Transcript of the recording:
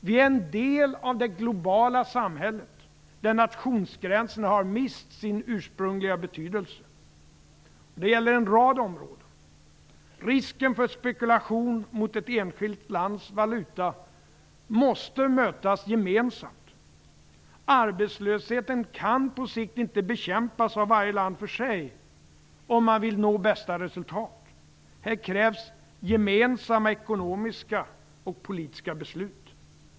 Det är en del av det globala samhället, där nationsgränserna har mist sin ursprungliga betydelse. Det gäller en rad områden. Risken för spekulation mot ett enskilt lands valuta måste mötas gemensamt. Arbetslösheten kan på sikt inte bekämpas av varje land för sig om man vill nå bästa resultat. I detta sammanhang krävs gemensamma ekonomiska och politiska beslut.